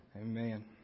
Amen